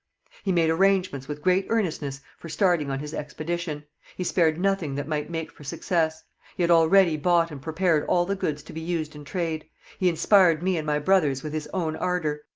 he made arrangements with great earnestness for starting on his expedition he spared nothing that might make for success he had already bought and prepared all the goods to be used in trade he inspired me and my brothers with his own ardour.